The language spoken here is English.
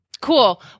Cool